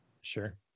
Sure